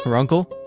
uncle,